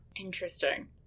Interesting